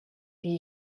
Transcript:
die